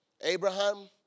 Abraham